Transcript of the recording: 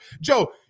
Joe